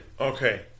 Okay